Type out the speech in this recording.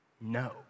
No